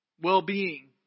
well-being